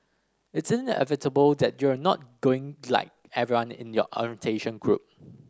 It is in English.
it's inevitable that you're not going to like everyone in your orientation group